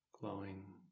Glowing